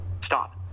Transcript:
Stop